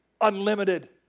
unlimited